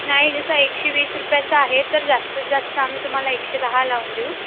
नाही जसा एकशे वीस रुपयाचा आहे तर जास्तीत जास्त आम्ही तुम्हाला एकशे दहा लावून देऊ